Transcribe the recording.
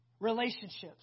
relationships